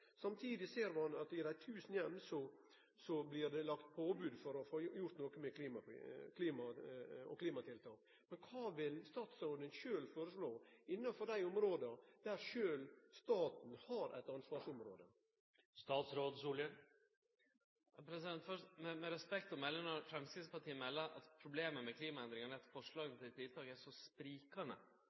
ser ein at i dei tusen heimane blir det lagt påbod for å få gjort noko med klima og klimatiltak. Men kva vil statsråden sjølv foreslå innanfor dei områda der sjølv staten har eit ansvarsområde? Med respekt å melde: Når Framstegspartiet meldar at problemet med klimaendringane er at forslaget til tiltak er så sprikande,